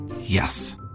Yes